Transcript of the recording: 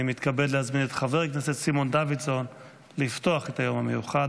אני מתכבד להזמין את חבר הכנסת סימון דוידסון לפתוח את היום המיוחד.